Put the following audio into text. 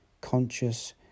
Conscious